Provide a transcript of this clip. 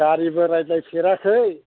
गारिबो रायज्लायफेराखै